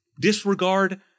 disregard